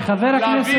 חבר הכנסת,